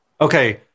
okay